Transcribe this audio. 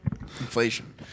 Inflation